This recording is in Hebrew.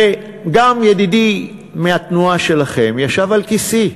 גם ידידי מהתנועה שלכם ישב על כיסאי,